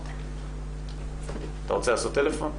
אתה רוצה לטלפן?